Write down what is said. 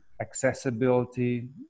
accessibility